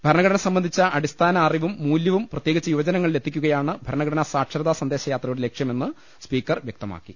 ഭരണഘടന സംബന്ധിച്ചു അടിസ്ഥാന അറിവും മൂല്യവും പ്രത്യേകിച്ച് യുവജനങ്ങളിലെത്തിക്കുകയാണ് ഭരണഘടനാസാ ക്ഷരതാസന്ദേശയാത്രയുടെ ലക്ഷ്യമെന്ന് സ്പീക്കർ വൃക്തമാക്കി